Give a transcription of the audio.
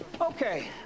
Okay